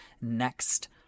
next